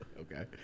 Okay